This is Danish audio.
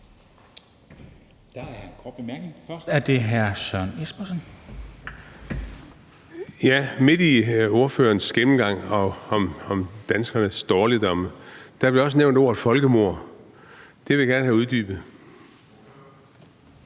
er det hr. Søren Espersen. Kl. 10:56 Søren Espersen (DF): Midt i ordførerens gennemgang af danskernes dårligdomme blev der også nævnt ordet folkemord. Det vil jeg gerne have uddybet.